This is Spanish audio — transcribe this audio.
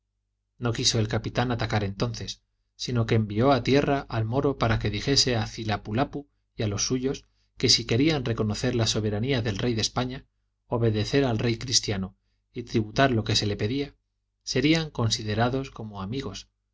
no quiso el capitán atacar entonces sino que envió a tierra al moro para que dijese a cilapulapu y a los suyos que si querían reconocer la soberanía del rey de españa obedecer al rey cristiano y tributar lo que se le pedía serían considerados como amigos